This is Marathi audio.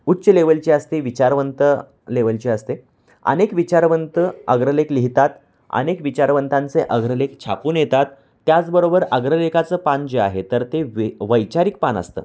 उच्च लेवलची असते विचारवंत लेवलची असते अनेक विचारवंत अग्रलेख लिहितात अनेक विचारवंतांचे अग्रलेख छापून येतात त्याचबरोबर अग्रलेखाचं पान जे आहे तर ते वे वैचारिक पान असतं